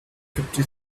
fifty